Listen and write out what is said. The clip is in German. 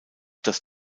das